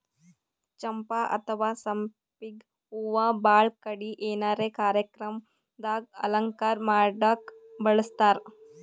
ಚಂಪಾ ಅಥವಾ ಸಂಪಿಗ್ ಹೂವಾ ಭಾಳ್ ಕಡಿ ಏನರೆ ಕಾರ್ಯಕ್ರಮ್ ದಾಗ್ ಅಲಂಕಾರ್ ಮಾಡಕ್ಕ್ ಬಳಸ್ತಾರ್